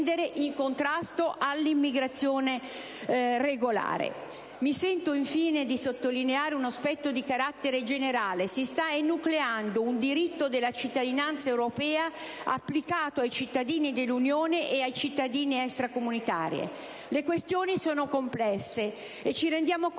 Mi sento, infine, di sottolineare un aspetto di carattere generale: si sta enucleando un diritto della cittadinanza europea applicato ai cittadini dell'Unione e ai cittadini extracomunitari. Le questioni sono complesse e - ci rendiamo conto - anche difficili da risolvere tecnicamente.